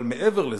אבל מעבר לזה,